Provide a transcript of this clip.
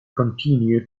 continue